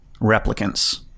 replicants